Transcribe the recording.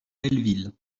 belleville